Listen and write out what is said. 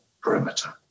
perimeter